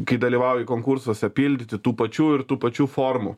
kai dalyvauji konkursuose pildyti tų pačių ir tų pačių formų